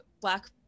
black